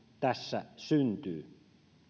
tässä syntyy